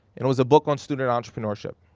it was a book on student entrepreneurship,